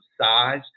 size